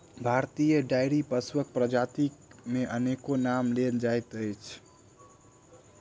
भारतीय डेयरी पशुक प्रजाति मे अनेको नाम लेल जाइत अछि